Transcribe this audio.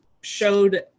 showed